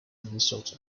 minnesota